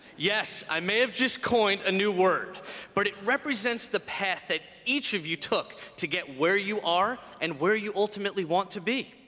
yes, i may have just coined a new word but it represents the path that each of you took to get where you are and where you ultimately want to be.